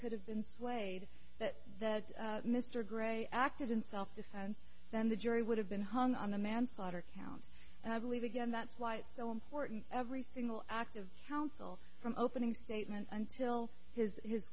could have been swayed that mr gray acted in self defense then the jury would have been hung on a manslaughter count and i believe again that's why it's so important every single act of counsel from opening statement until his his